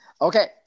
Okay